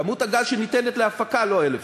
לא 1,000,